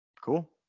Cool